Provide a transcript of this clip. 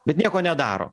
bet nieko nedaro